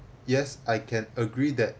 yes I can agree that